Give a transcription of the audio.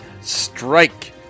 strike